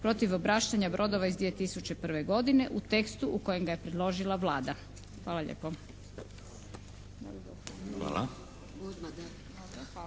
protiv obraštanja brodova iz 2001. godine u tekstu u kojem ga je predložila Vlada. Hvala lijepo.